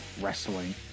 wrestling